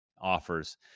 offers